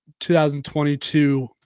2022